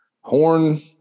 Horn